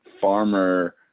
farmer